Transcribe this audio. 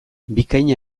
bikain